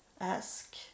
ask